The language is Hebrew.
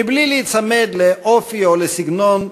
בלי להיצמד לאופי או לסגנון דוגמטי,